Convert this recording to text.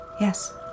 Yes